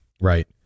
Right